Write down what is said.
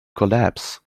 collapse